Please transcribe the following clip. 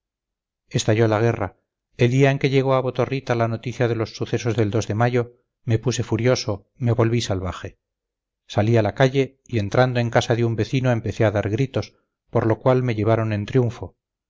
estalló la guerra el día en que llegó a botorrita la noticia de los sucesos del dos de mayo me puse furioso me volví salvaje salí a la calle y entrando en casa de un vecino empecé a dar gritos por lo cual me llevaron en triunfo